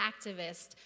activist